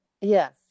Yes